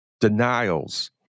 denials